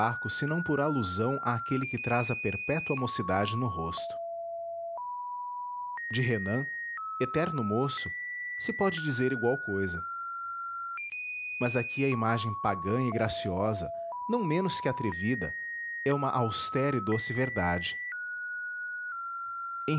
baco senão por alusão àquele que traz a perpétua mocidade no rosto de renan eterno moço se pode dizer igual cousa mas aqui a imagem pagã e graciosa não menos que atrevida é uma austera e doce verdade